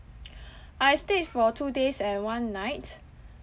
I stayed for two days and one night